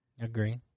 Agree